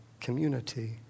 community